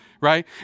Right